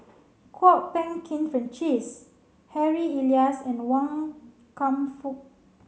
Kwok Peng Kin Francis Harry Elias and Wan Kam Fook